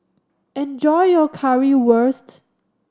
enjoy your Currywurst